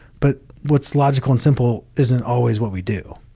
but what's logical and simple isn't always what we do.